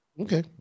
Okay